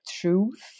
truth